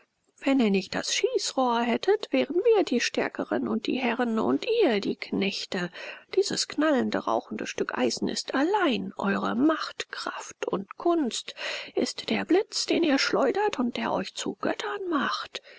wenn ihr nicht das schießrohr hättet wären wir die stärkeren und die herren und ihr die knechte dieses knallende rauchende stück eisen ist allein eure macht kraft und kunst ist der blitz den ihr schleudert und der euch zu göttern macht